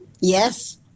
Yes